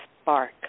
spark